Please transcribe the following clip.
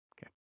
Okay